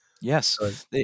Yes